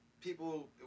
People